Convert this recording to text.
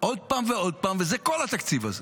עוד פעם ועוד פעם, וזה כל התקציב הזה,